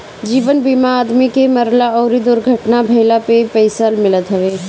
जीवन बीमा में आदमी के मरला अउरी दुर्घटना भईला पे पईसा मिलत हवे